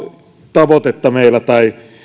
tavoitetta tai